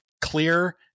clear